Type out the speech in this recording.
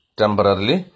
temporarily